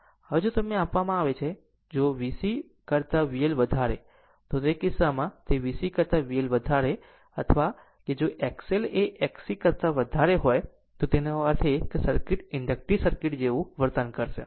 હવે જો તે આપવામાં આવે છે કે જો VC કરતા VL વધારે તે VC કરતા VL વધારે અથવા જો XL એ Xc કરતા વધારે હોય તો તેનો અર્થ એ કે સર્કિટ ઇન્ડક્ટિવ સર્કિટ જેવું વર્તન કરશે